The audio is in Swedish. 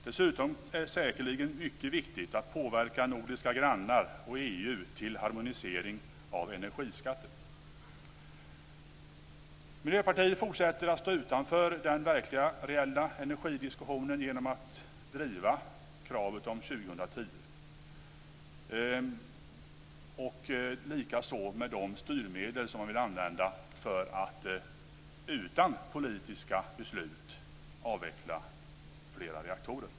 Dessutom är det säkerligen mycket viktigt att påverka nordiska grannar och EU Miljöpartiet fortsätter att stå utanför den reella energidiskussionen genom att driva kravet om avveckling senast år 2010. Likaså vill man använda ekonomiska styrmedel för att utan politiska beslut avveckla flera reaktorer.